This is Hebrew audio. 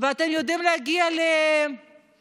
ואתם יודעים להגיע להישגים.